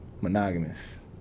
monogamous